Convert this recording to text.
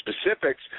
specifics